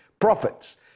profits